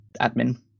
Admin